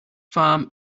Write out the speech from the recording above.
farm